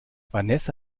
vanessa